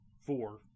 four